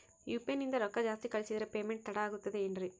UPI ನಿಂದ ರೊಕ್ಕ ಜಾಸ್ತಿ ಕಳಿಸಿದರೆ ಪೇಮೆಂಟ್ ತಡ ಆಗುತ್ತದೆ ಎನ್ರಿ?